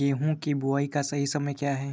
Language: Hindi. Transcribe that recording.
गेहूँ की बुआई का सही समय क्या है?